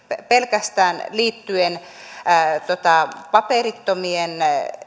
pelkästään liittyen paperittomien